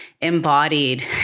embodied